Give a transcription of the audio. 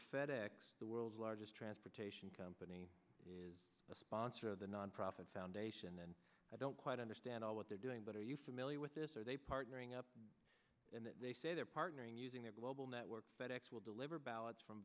fed ex the world's largest transportation company is a sponsor of the nonprofit foundation and i don't quite understand all what they're doing but are you familiar with this or are they partnering up and they say they're partnering using their global network fed ex will deliver ballots from